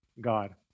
God